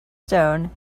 stone